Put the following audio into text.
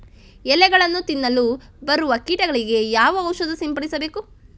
ಎಲೆಗಳನ್ನು ತಿನ್ನಲು ಬರುವ ಕೀಟಗಳಿಗೆ ಯಾವ ಔಷಧ ಸಿಂಪಡಿಸಬೇಕು?